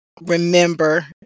remember